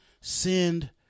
send